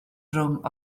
rhwng